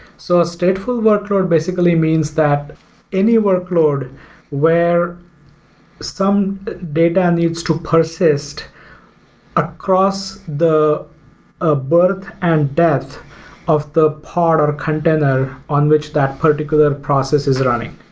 so a stateful workload basically means that any workload where some data needs to persist across the ah birth and death of the part or container on which that particular process is running,